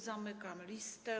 Zamykam listę.